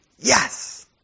Yes